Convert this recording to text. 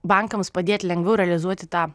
bankams padėti lengviau realizuoti tą